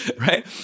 Right